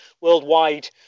worldwide